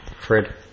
Fred